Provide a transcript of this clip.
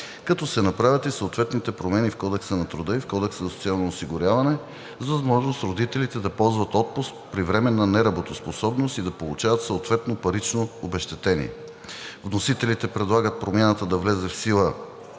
като се направят и съответните промени в Кодекса на труда и в Кодекса за социалното осигуряване с възможност родителите да ползват отпуск при временна неработоспособност и да получават съответното парично обезщетение. Вносителите предлагат промяната да влезе в сила